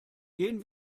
gehen